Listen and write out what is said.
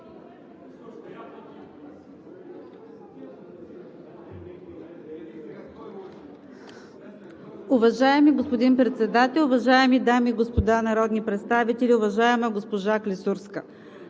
уважаеми господин Председател. Уважаеми дами и господа народни представители! Уважаема госпожо Клисурска,